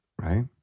Right